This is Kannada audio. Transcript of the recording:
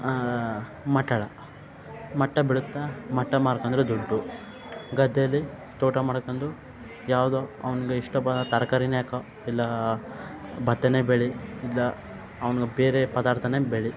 ಮಟ್ಟಳಾ ಮಟ್ಟೆ ಬೀಳುತ್ತೆ ಮಟ್ಟೆ ಮಾರ್ಕಂಡ್ರ ದುಡ್ಡು ಗದ್ದೆಲಿ ತೋಟ ಮಾಡ್ಕಂಡು ಯಾವುದೋ ಅವ್ನಿಗೆ ಇಷ್ಟ ಬ ತರಕಾರಿನೇ ಹಾಕೋ ಇಲ್ಲ ಭತ್ತನೇ ಬೆಳಿ ಇಲ್ಲ ಅವ್ನ್ಗೆ ಬೇರೆ ಪದಾರ್ಥನೇ ಬೆಳಿ